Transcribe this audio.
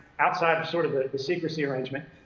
outside sort of ah the secrecy arrangement,